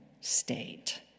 state